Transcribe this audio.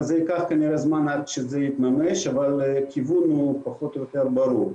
כנראה שייקח זמן עד שזה יתממש אבל הכיוון הוא פחות או יותר ברור.